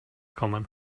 kommen